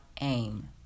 aim